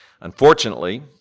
Unfortunately